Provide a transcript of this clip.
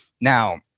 Now